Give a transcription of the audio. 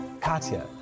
Katya